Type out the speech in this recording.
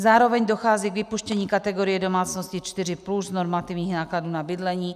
Zároveň dochází k vypuštění kategorie domácností 4+ normativních nákladů na bydlení.